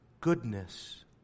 goodness